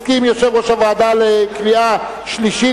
הסכים יושב-ראש הוועדה לקריאה שלישית,